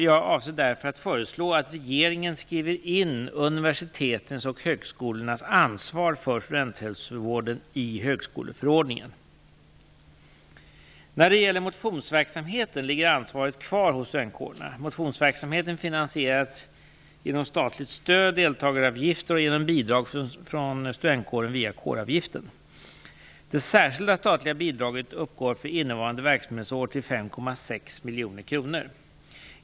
Jag avser därför att föreslå att regeringen skriver in universitetens och högskolornas ansvar för studenthälsovården i högskoleförordningen. När det gäller motionsverksamheten ligger ansvaret kvar hos studentkårerna. Motionsverksamheten finansieras genom statligt stöd, deltagaravgifter och genom bidrag från studentkåren via kåravgiften. Det särskilda statliga bidraget uppgår för innevarande verksamhetsår till 5,6 miljoner kronor.